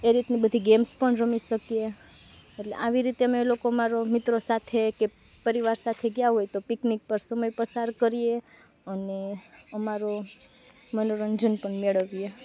એ રીતની બધી ગેમ્સ પણ રમી શકીએ એટલે આવી રીતે અમે લોકો મારાં મિત્રો સાથે કે પરિવાર સાથે ગયાં હોય તો પિકનિક પર સમય પસાર કરીએ અને અમારું મનોરંજન પણ મેળવીએ